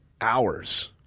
hours